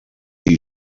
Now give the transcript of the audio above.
are